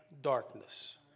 darkness